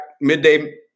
midday